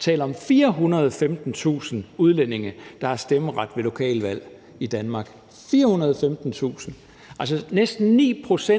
taler om 415.000 udlændinge, der har stemmeret ved lokalvalg i Danmark – 415.000. Altså, næsten 9 pct.